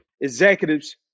executives